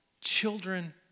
children